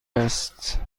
است